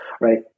right